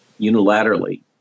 unilaterally